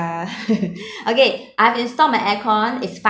uh okay I've installed my aircon it's f~